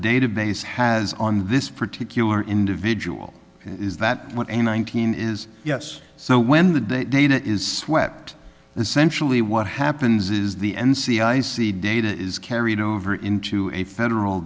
database has on this particular individual is that what a nineteen is yes so when the data is swept essentially what happens is the n c i c data is carried over into a federal